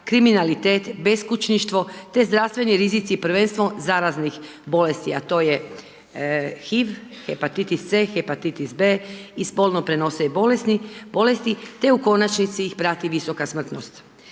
kriminalitet, beskućništvo, te zdravstveni rizici, prvenstveno zaraznih bolesti, a to je HIV, hepatitis C, hepatitis B i spolno prenosive bolesti, te u konačnici ih prati visoka smrtnost.